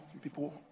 people